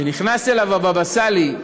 כשנכנס אליו הבאבא סאלי,